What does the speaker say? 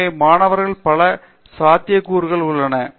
எனவே மாணவர்களுக்கு பல சாத்தியக்கூறுகள் உள்ளன